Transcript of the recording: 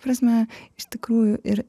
prasme iš tikrųjų ir